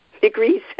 degrees